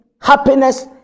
happiness